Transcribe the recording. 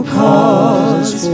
cause